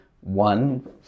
one